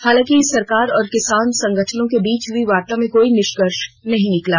हालांकि सरकार और किसान संगठनों के बीच हुई वार्ता में कोई निष्कर्ष नहीं निकला